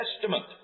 Testament